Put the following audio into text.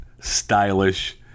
stylish